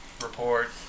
report